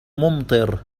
ممطر